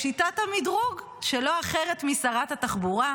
בשיטת המדרוג של לא אחרת משרת התחבורה: